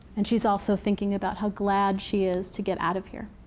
and she's also thinking about how glad she is to get out of here.